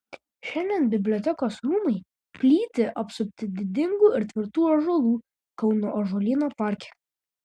šiandien bibliotekos rūmai plyti apsupti didingų ir tvirtų ąžuolų kauno ąžuolyno parke